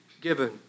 given